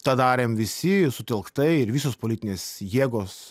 tą darėm visi sutelktai ir visos politinės jėgos